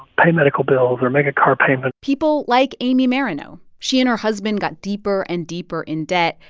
pay medical bills or make a car payment? people like amy marineau. she and her husband got deeper and deeper in debt.